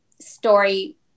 story